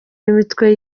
n’imitwe